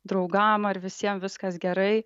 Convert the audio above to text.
draugam ar visiem viskas gerai